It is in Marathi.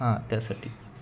हां त्यासाठीच